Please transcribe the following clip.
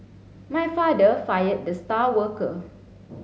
my father fired the star worker